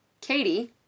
Katie